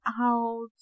out